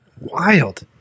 Wild